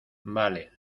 vale